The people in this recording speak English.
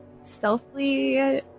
stealthily